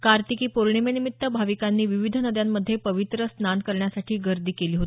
कार्तिकी पौर्णिमेनिमित्त भाविकांनी विविध नद्यांमध्ये पवित्र स्नान करण्यासाठी गर्दी केली आहे